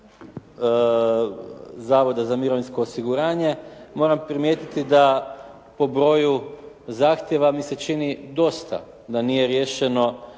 Zavoda za mirovinsko osiguranje moram primijetiti da po broju zahtjeva mi se čini dosta da nije riješeno